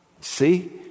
See